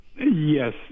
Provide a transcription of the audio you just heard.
Yes